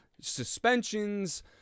suspensions